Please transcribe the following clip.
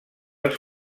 els